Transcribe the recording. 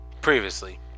previously